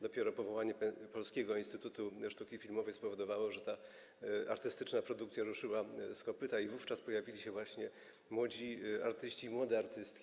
Dopiero powołanie Polskiego Instytutu Sztuki Filmowej spowodowało, że ta artystyczna produkcja ruszyła z kopyta i wówczas pojawili się właśnie młodzi artyści i młode artystki.